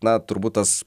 na turbūt tas